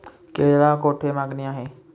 केळीला कोठे मागणी आहे?